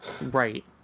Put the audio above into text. Right